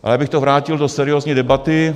Ale abych to vrátil do seriózní debaty.